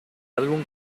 álbum